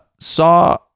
saw